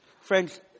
Friends